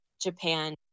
Japan